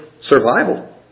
survival